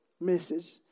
message